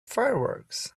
fireworks